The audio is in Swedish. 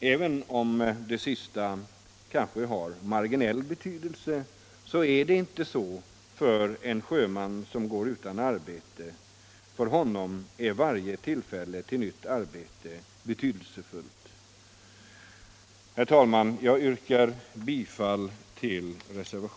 Detta kan synas vara en fråga av marginell betydelse, men för en sjöman som går utan arbete är varje tillfälle till nytt arbete betydelsefullt.